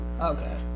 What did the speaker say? Okay